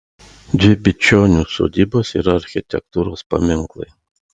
dvi bičionių sodybos yra architektūros paminklai